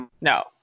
No